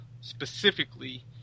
specifically